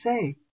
say